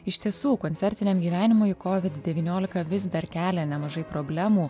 iš tiesų koncertiniam gyvenimui kovid devyniolika vis dar kelia nemažai problemų